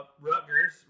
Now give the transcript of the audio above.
Rutgers